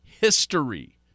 history